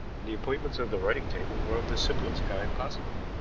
and the appointments of the writing-table were of the simplest kind possible.